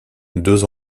deux